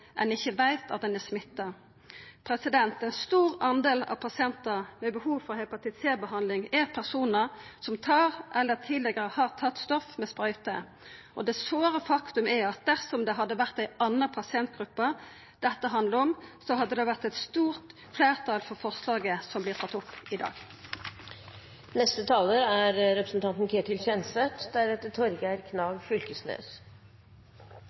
ein ikkje veit at ein er smitta. Ein stor del av pasientane med behov for hepatitt C-behandling er personar som tar – eller tidlegare har tatt – stoff med sprøyte. Det såre faktum er at dersom det hadde vore ei anna pasientgruppe dette handla om, så hadde det vore eit stort fleirtal for forslaget som vert tatt opp i dag. Hepatitt C er